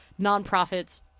nonprofits